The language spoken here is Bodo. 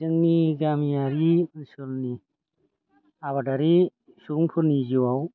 जोंनि गामियारि ओनसोलनि आबादारि सुबुंफोरनि जिउआव